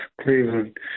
Cleveland